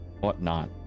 whatnot